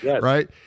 Right